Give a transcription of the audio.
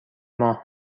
ماه